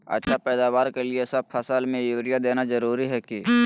अच्छा पैदावार के लिए सब फसल में यूरिया देना जरुरी है की?